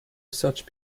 such